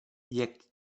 jak